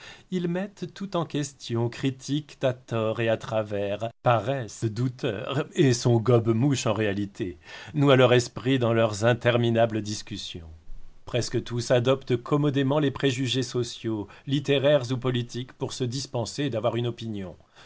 ils mettent tout en question critiquent à tort et à travers paraissent douteurs et sont gobe-mouches en réalité noient leur esprit dans leurs interminables discussions presque tous adoptent commodément les préjugés sociaux littéraires ou politiques pour se dispenser d'avoir une opinion